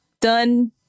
done